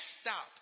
stop